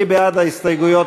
מי בעד ההסתייגויות?